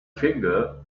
finger